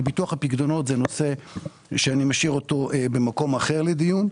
ביטוח הפיקדונות הוא נושא שאני משאיר במקום אחר לדיון.